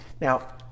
now